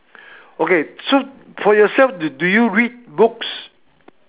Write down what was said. okay so for yourself do do you read books